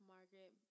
Margaret